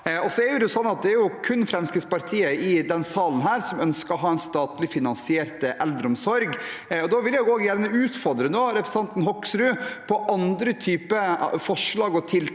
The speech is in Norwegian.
Det er jo kun Fremskrittspartiet i denne salen som ønsker å ha en statlig finansiert eldreomsorg. Da vil jeg gjerne utfordre representanten Hoksrud på andre typer forslag og tiltak